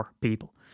people